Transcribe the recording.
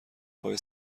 پای